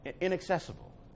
inaccessible